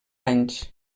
anys